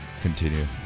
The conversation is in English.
continue